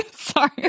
Sorry